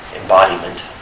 embodiment